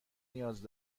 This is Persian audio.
نیاز